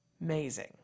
Amazing